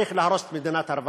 צריך להרוס את מדינת הרווחה,